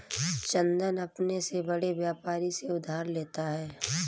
चंदन अपने से बड़े व्यापारी से उधार लेता है